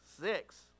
Six